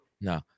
No